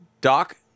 doc